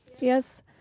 yes